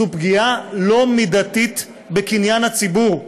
זו פגיעה לא מידתית בקניין הציבור.